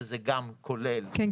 שזה גם כולל --- כן,